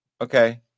Okay